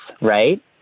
right